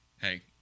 hey